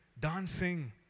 dancing